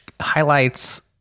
highlights